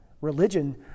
religion